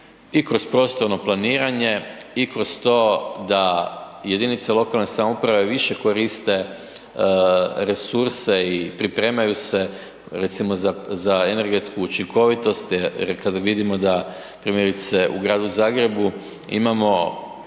i kroz prostorno planiranje i kroz to da jedinice lokalne samouprave više koriste resurse i pripremaju se recimo za, za energetsku učinkovitost jer kada vidimo da primjerice u Gradu Zagrebu imamo